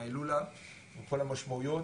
בהילולה עם כל המשמעויות.